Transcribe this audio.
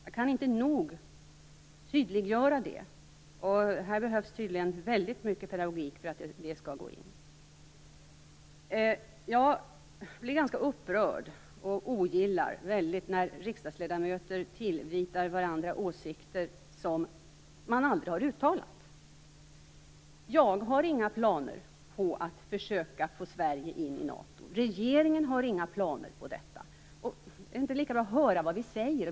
Jag kan inte nog tydliggöra detta. Här behövs tydligen mycket pedagogik för att detta skall sjunka in. Jag blir ganska upprörd och ogillar mycket när riksdagsledamöter tillvitar varandra åsikter som man aldrig har uttalat. Jag har inga planer på att försöka få Sverige in i NATO. Regeringen har inga planer på detta. Är det inte lika bra att höra vad vi säger?